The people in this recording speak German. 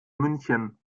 münchen